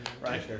Right